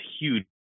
huge